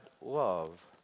love